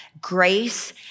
grace